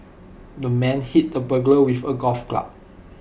the man hit the burglar with A golf club